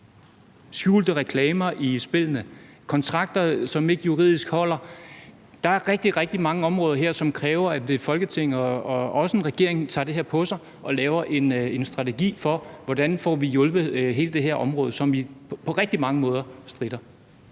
skjulte reklamer i spillene og kontrakter, som ikke holder juridisk. Der er rigtig, rigtig mange områder her, som kræver, at både Folketinget og regeringen tager det her på sig og laver en strategi for, hvordan vi får hjulpet hele det her område, som på rigtig mange måder stritter